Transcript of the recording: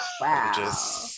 Wow